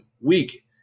week